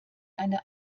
eine